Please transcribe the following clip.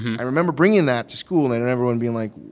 i remember bringing that to school and and everyone being like,